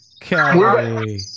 Kelly